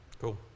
Cool